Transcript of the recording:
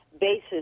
basis